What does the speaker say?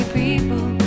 people